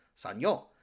Sanyo